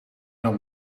dan